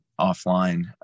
offline